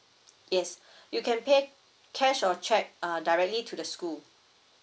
yes you can pay cash or cheque uh directly to the school